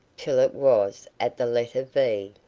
till it was at the letter v.